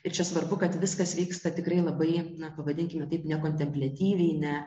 ir čia svarbu kad viskas vyksta tikrai labai pavadinkime taip ne kontempliatyviai ne